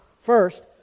First